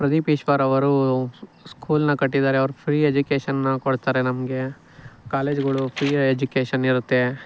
ಪ್ರದೀಪ್ ಈಶ್ವರ್ ಅವರು ಸ್ಕೂಲ್ನ ಕಟ್ಟಿದಾರೆ ಅವ್ರು ಫ್ರೀ ಎಜುಕೇಷನ್ನ ಕೊಡ್ತಾರೆ ನಮಗೆ ಕಾಲೇಜ್ಗಳು ಫ್ರೀಯಾಗಿ ಎಜುಕೇಷನಿರುತ್ತೆ